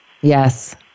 Yes